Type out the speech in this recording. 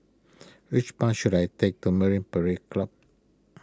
which bus should I take to Marine Parade Club